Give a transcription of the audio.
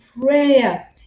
prayer